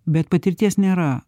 bet patirties nėra